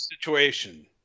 situation